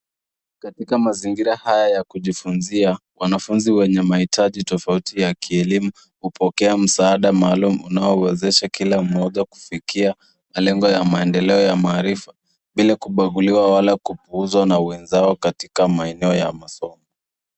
Katika mazingira haya ya kujifunzia wanafunzi wenye mahitaji tofauti ya kielimu hupokea msaada maalum unaowezesha kila mmoja kufikia malengo ya maendeleo ya maarifa bila kubaguliwa wala kupuuzwa na wenzao katika maeneo ya masomo.